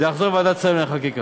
זה יחזור לוועדת שרים לחקיקה.